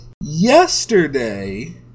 yesterday